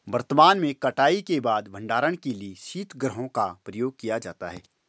वर्तमान में कटाई के बाद भंडारण के लिए शीतगृहों का प्रयोग किया जाता है